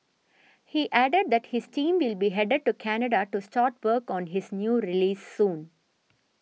he added that his team will be headed to Canada to start work on his new release soon